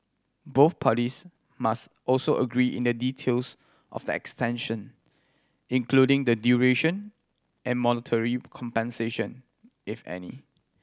both parties must also agree in the details of the extension including the duration and monetary compensation if any